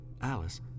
Alice